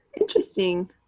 Interesting